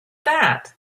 that